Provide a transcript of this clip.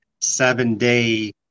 seven-day